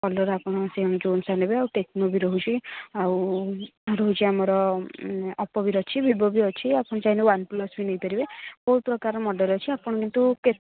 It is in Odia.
କଲର୍ ଆପଣଙ୍କର ଅନୁସାରେ ନେବେ ଆଉ ଟେକ୍ନୋ ବି ରହୁଛି ଆଉ ରହୁଛି ଆମର ଓପୋ ବି ଅଛି ଭିବୋ ବି ଅଛି ଆପଣ ଚାହିଁଲେ ୱାନ୍ପ୍ଲସ୍ ବି ନେଇ ପାରିବେ ସବୁ ପ୍ରକାର ମଡ଼େଲ୍ ଅଛି ଆପଣ କିନ୍ତୁ